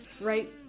right